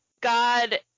God